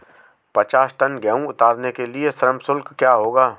पचास टन गेहूँ उतारने के लिए श्रम शुल्क क्या होगा?